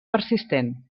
persistent